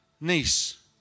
niece